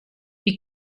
you